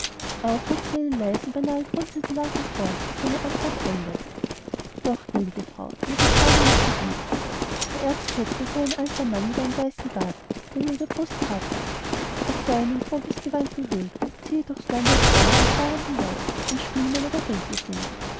ruft sie einen leisen beinahe grunzenden laut hervor der seine antwort einleitet doch gnädige herrin eine beschreibung ist gegeben der erzketzer sei ein alter mann mit einem weißen bart der ihm über die brust herabwallt er sei in ein grobes gewand gehüllt und ziehe durchs land als einer der fahrenden leut ein spielmann oder